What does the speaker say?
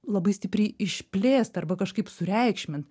labai stipriai išplėst arba kažkaip sureikšmint